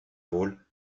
wohl